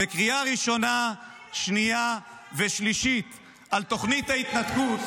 בקריאה ראשונה, שנייה ושלישית על תוכנית ההתנתקות,